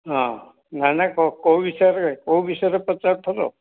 ହଁ ମାନେ କେଉଁ କେଉଁ ବିଷୟରେ କେଉଁ ବିଷୟରେ ପଚାରୁଥିଲୁ